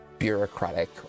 bureaucratic